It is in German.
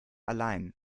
allein